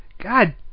God